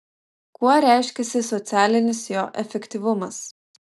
kuo reiškiasi socialinis jo efektyvumas